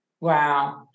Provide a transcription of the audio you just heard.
Wow